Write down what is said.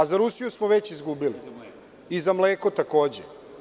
Za Rusiju smo već izgubili i za mleko, takođe.